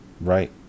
Right